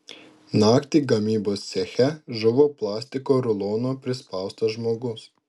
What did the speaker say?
naktį gamybos ceche žuvo plastiko rulono prispaustas žmogus